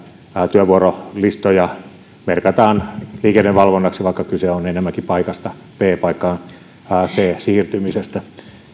työvuorolistoja merkataan liikennevalvonnaksi vaikka kyse on enemmänkin paikasta b paikkaan c siirtymisestä